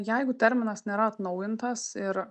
jeigu terminas nėra atnaujintas ir